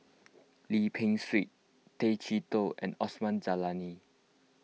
Lim Peng Siang Tay Chee Toh and Osman Zailani